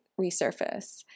resurface